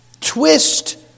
twist